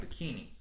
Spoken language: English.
bikini